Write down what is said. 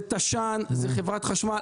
זה תש"ן, זה חברת חשמל.